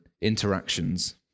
interactions